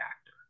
actor